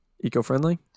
eco-friendly